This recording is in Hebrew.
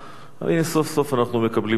והנה סוף-סוף אנחנו מקבלים תשובה.